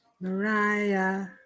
Mariah